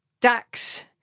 Dax